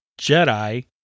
Jedi